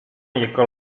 jego